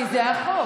כי זה החוק.